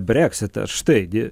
breksitas štai di